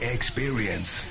Experience